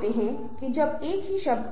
हैं और उनकी बहुत रुचि है